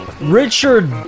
Richard